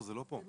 זה לא פה.